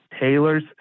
Taylor's